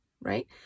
right